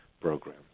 program